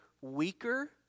weaker